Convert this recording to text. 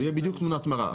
זו תהיה בדיוק תמונת מראה.